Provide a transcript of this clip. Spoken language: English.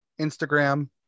Instagram